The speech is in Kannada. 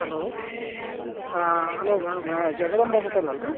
ಹಲೋ ಹಲೋ ಜಗದಂಬ ಹೋಟೆಲ್ ಅಲ್ರಿ